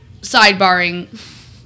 sidebarring